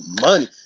money